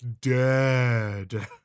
dead